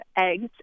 eggs